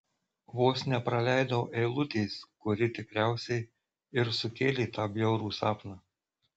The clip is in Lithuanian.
vos nepraleidau eilutės kuri tikriausiai ir sukėlė tą bjaurų sapną